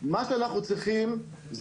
מה שאתה אמרת.